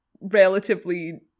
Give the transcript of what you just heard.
relatively